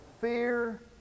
fear